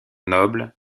noble